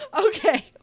Okay